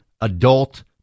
adult